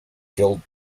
killed